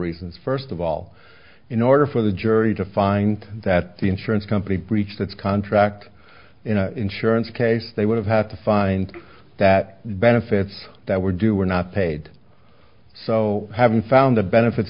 reasons first of all in order for the jury to find that the insurance company breached that contract insurance case they would have had to find that benefits that were due were not paid so having found the benefits